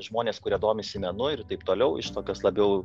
žmonės kurie domisi menu ir taip toliau iš tokios labiau